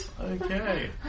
Okay